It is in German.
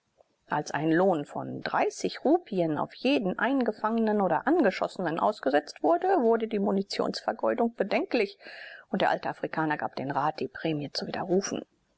als ein lohn von dreißig rupien auf jeden eingefangenen oder angeschossenen ausgesetzt wurde wurde die munitionsvergeudung bedenklich und der alte afrikaner gab den rat die prämie zu widerrufen